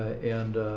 and